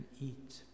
eat